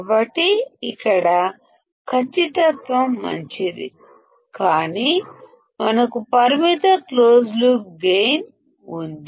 కాబట్టి ఇక్కడ ఖచ్చితత్వం మెరుగ్గా ఉంది కాని మనకు క్లోజ్డ్ లూప్ గైన్ పరిమితంగా ఉంది